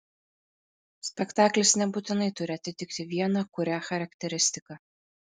spektaklis nebūtinai turi atitikti vieną kurią charakteristiką